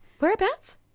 Whereabouts